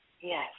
Yes